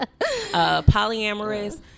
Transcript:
Polyamorous